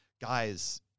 guys